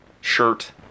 shirt